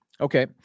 Okay